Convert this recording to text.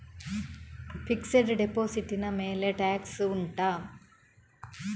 fixed deposit ನ ಮೇಲೆ tax ಉಂಟಾ